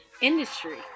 industry